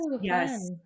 Yes